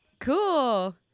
cool